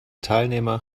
teilnehmer